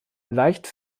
leicht